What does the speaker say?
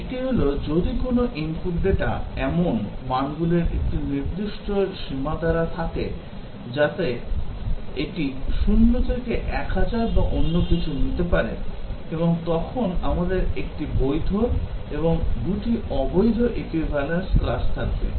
একটি হল যদি কোনও ইনপুট ডেটা এমন মানগুলির একটি সীমা দ্বারা নির্দিষ্ট করা থাকে যা এটি শূন্য থেকে 1000 বা অন্যকিছু নিতে পারে এবং তখন আমাদের 1 টি বৈধ এবং 2 টি অবৈধ equivalence class থাকবে